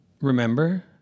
remember